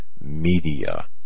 media